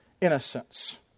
innocence